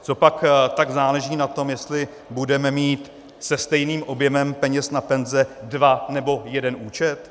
Copak tak záleží na tom, jestli budeme mít se stejným objemem peněz na penze dva, nebo jeden účet?